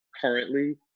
currently